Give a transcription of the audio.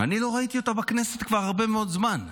אני לא ראיתי אותה בכנסת כבר הרבה מאוד זמן.